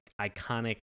iconic